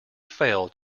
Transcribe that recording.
failed